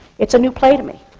it's a new play to me.